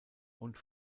und